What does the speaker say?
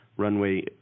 Runway